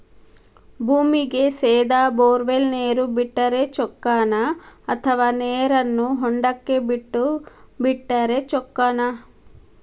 ಭೂಮಿಗೆ ಸೇದಾ ಬೊರ್ವೆಲ್ ನೇರು ಬಿಟ್ಟರೆ ಚೊಕ್ಕನ ಅಥವಾ ನೇರನ್ನು ಹೊಂಡಕ್ಕೆ ಬಿಟ್ಟು ಬಿಟ್ಟರೆ ಚೊಕ್ಕನ?